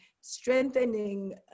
strengthening